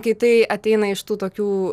kai tai ateina iš tų tokių